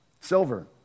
Silver